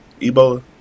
Ebola